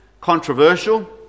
controversial